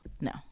No